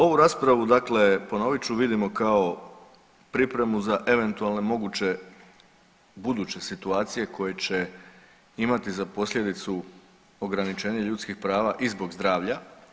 Ovu raspravu, dakle ponovit ću vidimo kao pripremu za eventualne moguće buduće situacije koje će imati za posljedicu ograničenje ljudskih prava i zbog zdravlja.